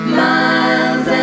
miles